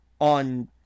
on